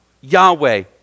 Yahweh